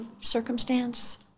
circumstance